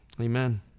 amen